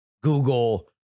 google